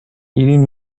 eating